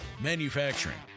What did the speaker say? manufacturing